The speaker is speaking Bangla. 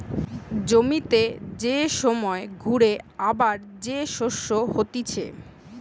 জমিতে যে সময় ঘুরে আবার যে শস্য হতিছে